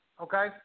okay